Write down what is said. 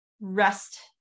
rest